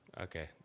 Okay